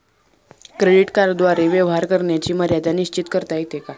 Credit कार्डद्वारे व्यवहार करण्याची मर्यादा निश्चित करता येते का?